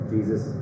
Jesus